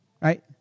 Right